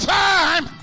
time